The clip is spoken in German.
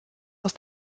aus